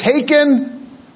taken